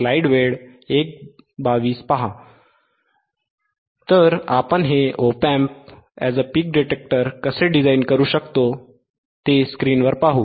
तर आपण हे कसे डिझाइन करू शकता ते स्क्रीनवर पाहू